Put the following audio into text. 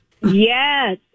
Yes